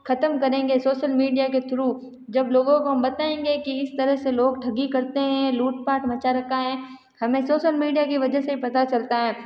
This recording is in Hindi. ख़त्म करेंगे सोशल मीडिया के थ्रू जब लोगों को हम बताएंगे की इस तरह से लोग ठगी करते हैं लूट पाट मचा रखा है हमें सोशल मीडिया की वजह से ही पता चलता है